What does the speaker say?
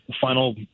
final